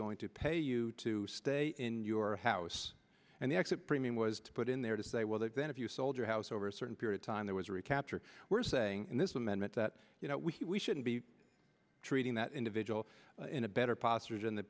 going to pay you to stay in your house and the exit premium was to put in there to say well then if you sold your house over a certain period of time there was a recapture we're saying in this amendment that we shouldn't be treating that individual in a better postured in th